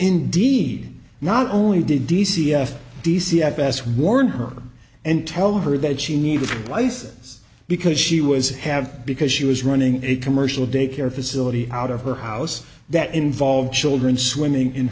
indeed not only did d c s d c fs warn her and tell her that she needed a license because she was have because she was running a commercial daycare facility out of her house that involved children swimming in